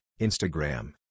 Instagram